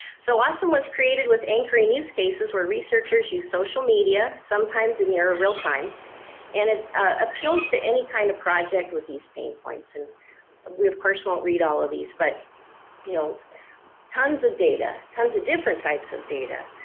so awesome was created with anchoring news cases where researchers use social media sometimes in your real-time and it appeals to any kind of project with these pain points and we of course won't read all of these but you know tons of data tons of different types of data.